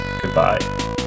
goodbye